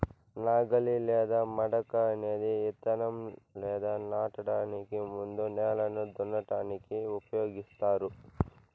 నాగలి లేదా మడక అనేది ఇత్తనం లేదా నాటడానికి ముందు నేలను దున్నటానికి ఉపయోగిస్తారు